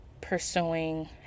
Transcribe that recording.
pursuing